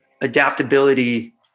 adaptability